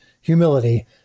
humility